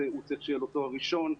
הוא צריך שיהיה לו תואר ראשון,